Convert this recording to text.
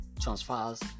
transfers